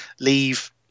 leave